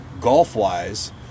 golf-wise